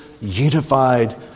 unified